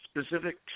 specific